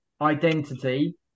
identity